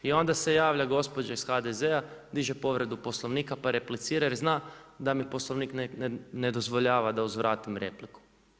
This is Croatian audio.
I onda se javlja gospođa iz HDZ-a diže povredu Poslovnika pa replicira jer zna da mi Poslovnik ne dozvoljava da uzvratim repliku.